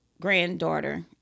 granddaughter